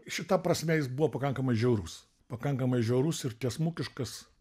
šita prasme jis buvo pakankamai žiaurus pakankamai žiaurus ir tiesmukiškas